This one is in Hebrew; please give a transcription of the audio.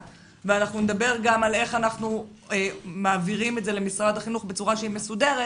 ואנחנו נדבר גם על איך אנחנו מעבירים את זה למשרד החינוך בצורה מסודרת,